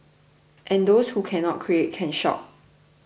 and those who cannot create can shop